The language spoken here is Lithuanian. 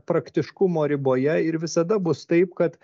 praktiškumo riboje ir visada bus taip kad